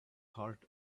part